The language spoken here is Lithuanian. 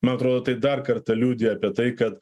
man atrodo tai dar kartą liudija apie tai kad